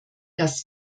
das